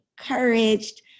encouraged